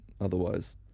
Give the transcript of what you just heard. Otherwise